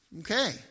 Okay